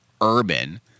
urban